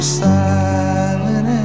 silent